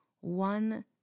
one